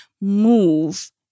move